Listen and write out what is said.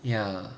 ya